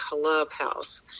clubhouse